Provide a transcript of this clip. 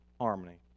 harmony